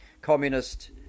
communist